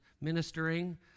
ministering